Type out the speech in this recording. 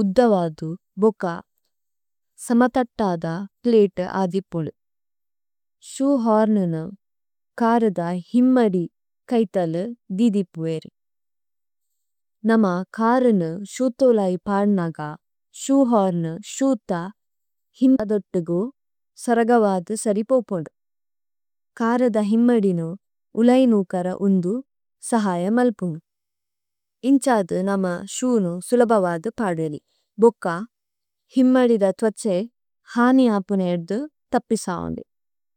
ഉദ്ധവദു ബുക്ക സമതത്തദ് പ്ലതേ അധിപലു। ശുഹരനേ കരദ ഹിമ്മദി കൈഥലു ദിദിപ്പുവേരു। നമ്മ കരനു ശുതുലയി പദനഗ ശുഹരനു ശുത്ത ഹിമ്മദോത്തഗു സരഗവദ സരിപോപനു। കരദ ഹിമ്മദിനു ഉലൈനുകര് ഉന്ദു സഹയമല്പനു। ഇന്ഛദു നമ്മ ശൂനു സുലഭവദ് പദുവനി, ബോച്ച, ഹിമ്മദിദ ത്വഛ്ഛേ, ഹനി ആപ്പനേദ്ദു തപ്പിസവന്നു।